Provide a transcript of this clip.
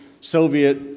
Soviet